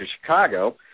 Chicago